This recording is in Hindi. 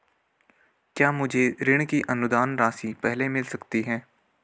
क्या मुझे ऋण की अनुदान राशि पहले मिल सकती है?